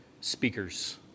speakers